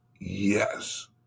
Yes